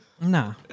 nah